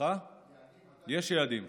--- יש יעדים?